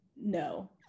No